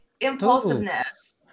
impulsiveness